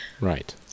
Right